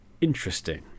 Interesting